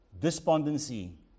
despondency